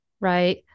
right